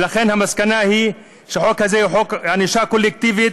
ולכן, המסקנה היא שהחוק הזה הוא ענישה קולקטיבית,